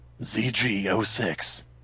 ZG06